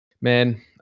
man